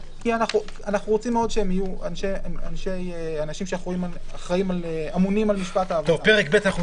כי אני רוצה שהאנשים שאמונים על משפט העבודה יהיו כאן.